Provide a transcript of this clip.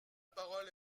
parole